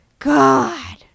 god